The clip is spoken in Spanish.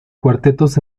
cuartetos